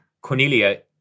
Cornelia